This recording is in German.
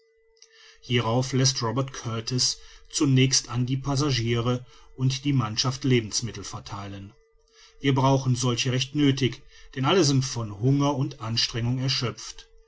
hierauf läßt robert kurtis zunächst an die passagiere und die mannschaften lebensmittel vertheilen wir brauchen solche recht nöthig denn alle sind von hunger und anstrengung erschöpft